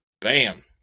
bam